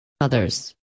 others